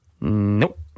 Nope